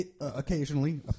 occasionally